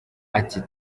ati